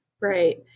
right